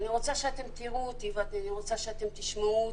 אני רוצה שאתם תראו אותי ותשמעו אותי.